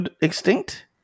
extinct